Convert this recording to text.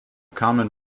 common